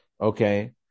Okay